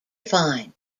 fine